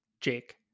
Jake